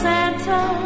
Santa